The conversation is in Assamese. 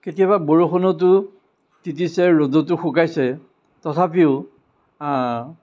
কেতিয়াবা বৰষুণতো তিতিছে ৰ'দতো শুকাইছে তথাপিও